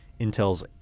Intel's